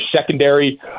secondary